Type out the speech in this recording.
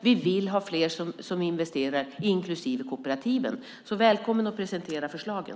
Vi vill ha fler som investerar, inklusive kooperativen. Välkommen att presentera förslagen!